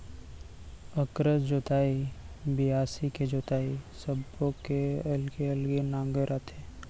अकरस जोतई, बियासी के जोतई सब्बो के अलगे अलगे नांगर आथे